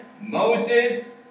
Moses